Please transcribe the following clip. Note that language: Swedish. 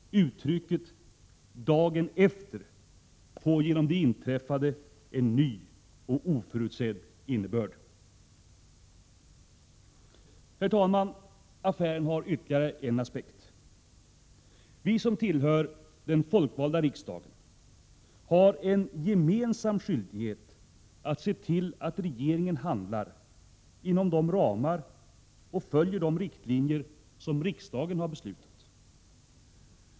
Uttrycket ”dagen efter” får genom det inträffade en ny och oförutsedd innebörd! Herr talman! Affären har ytterligare en aspekt. Vi som tillhör den folkvalda riksdagen har en gemensam skyldighet att se till att regeringen handlar inom de ramar och följer de riktlinjer som riksdagen har beslutat.